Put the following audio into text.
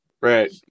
right